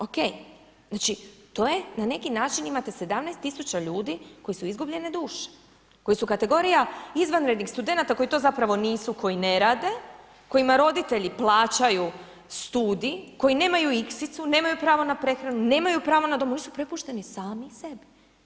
OK, znači to je na neki način imate 17 tisuća ljudi koji su izgubljene duše, koji su kategorija izvanrednih studenata koji to zapravo nisu, koji ne rade, kojima roditelji plaćaju studij, koji nemaju iksicu, nemaju pravo na prehranu, nemaju pravo na dom, oni su prepušteni sami sebi.